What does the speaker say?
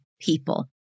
people